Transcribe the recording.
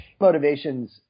motivations